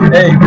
Hey